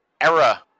era